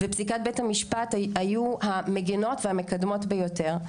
ופסיקות בית המשפט היו המגנות והמקדמות ביותר,